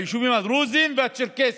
היישובים הדרוזיים והצ'רקסיים,